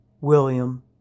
William